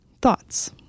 Thoughts